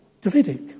Davidic